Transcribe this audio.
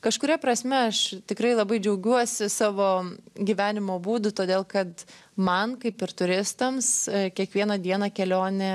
kažkuria prasme aš tikrai labai džiaugiuosi savo gyvenimo būdu todėl kad man kaip ir turistams kiekvieną dieną kelionė